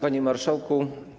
Panie Marszałku!